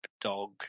dog